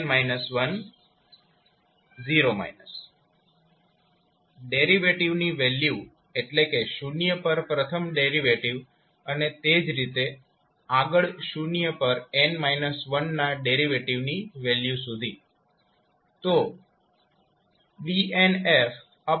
s0 fn 1 ડેરિવેટિવની value એટલે કે શૂન્ય પર પ્રથમ ડેરિવેટીવ અને તે જ રીતે આગળ શૂન્ય પર n 1 ના ડેરિવેટીવ ની વેલ્યુ સુધી